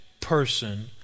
person